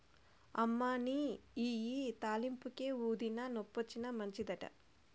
అమ్మనీ ఇయ్యి తాలింపుకే, ఊదినా, నొప్పొచ్చినా మంచిదట